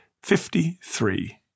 Fifty-three